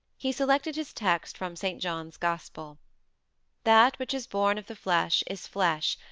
he selected his text from st. john's gospel that which is born of the flesh is flesh,